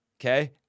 okay